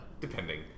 depending